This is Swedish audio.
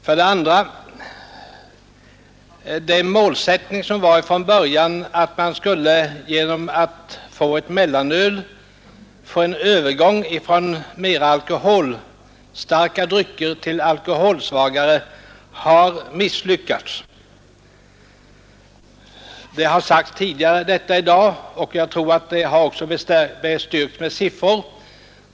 För det andra har den målsättning misslyckats som man hade från början, nämligen att införandet av ett mellanöl skulle medföra en övergång från alkoholstarka drycker till alkoholsvagare. Detta har sagts tidigare i dag, och jag tror att det också har bestyrkts med siffror.